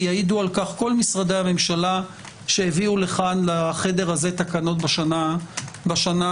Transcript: ויעידו על כך כל משרדי הממשלה שהביאו לכאן לחדר הזה תקנות בשנה האחרונה.